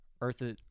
Earth